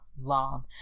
long